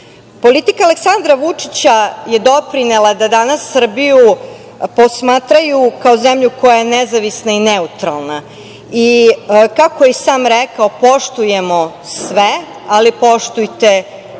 Aleksandra Vučića je doprinela da danas Srbiju posmatraju kao zemlju koja je nezavisna i neutralna. Kako je i sam rekao - poštujemo sve, ali poštujte